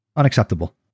unacceptable